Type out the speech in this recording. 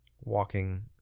walking